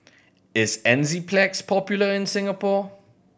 is Enzyplex popular in Singapore